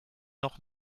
noch